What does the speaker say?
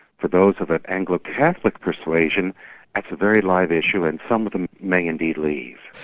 for those of an anglo-catholic persuasion, that's a very live issue and some of them may indeed leave.